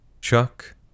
Chuck